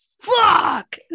fuck